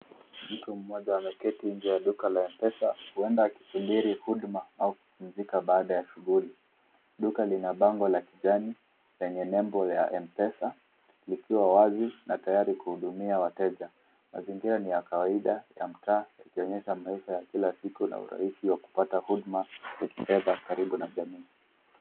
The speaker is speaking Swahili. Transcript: Mtu mmoja ameketi nje ya duka la mpesa huenda akisubiri huduma au kupumzika baada ya shughuli. Duka lina bango la kijani lenye nembo ya mpesa likiwa wazi na tayari kuhudumia wateja. Mazingira ni ya kawaida ya mtaa yakionyesha maisha ya kila siku na urahisi wa kupata huduma za kifedha karibu na jamii.